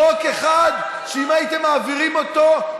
חוק אחד שאם הייתם מעבירים אותו,